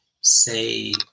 say